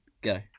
go